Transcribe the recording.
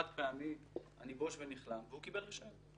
חד-פעמית, אני בוש ונכלם והוא קיבל רישיון.